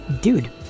Dude